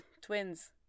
Twins